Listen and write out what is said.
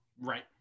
Right